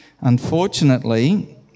Unfortunately